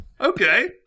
Okay